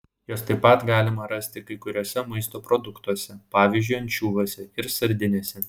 jos taip pat galima rasti kai kuriuose maisto produktuose pavyzdžiui ančiuviuose ir sardinėse